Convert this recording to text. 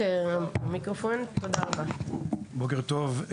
בוקר טוב.